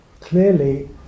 clearly